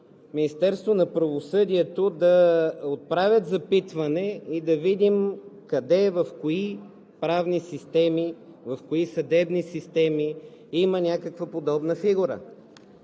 Министерството на правосъдието да отправят запитване и да видим къде, в кои правни системи, в кои съдебни системи има някаква подобна фигура.